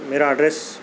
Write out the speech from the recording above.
میرا ایڈریس